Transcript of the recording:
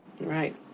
Right